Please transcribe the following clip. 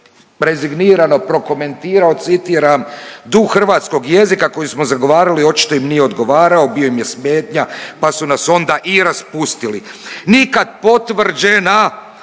rezignirano prokomentirao citiram duh hrvatskog jezika koji smo zagovarali, očito im nije odgovarao, bio im je smetnja, pa su nas onda i raspustili. Nikad potvrđena